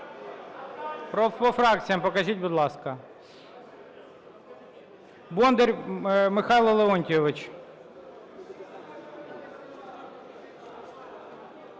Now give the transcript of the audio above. По фракціям покажіть, будь ласка. Бондар Михайло Леонтійович.